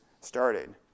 started